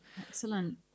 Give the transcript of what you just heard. Excellent